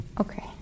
Okay